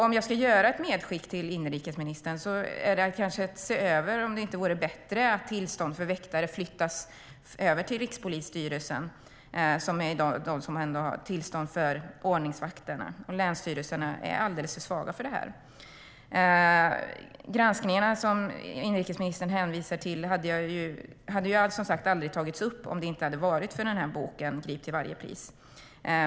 Om jag ska göra ett medskick till inrikesministern är det att se över om det inte vore bättre att tillstånd för väktare flyttas över till Rikspolisstyrelsen som i dag ger tillstånd till ordningsvakter. Länsstyrelserna är alldeles för svaga för detta. De granskningar som inrikesministern hänvisar till hade, som sagt, aldrig tagits upp om det inte hade varit för boken Grip till varje pris .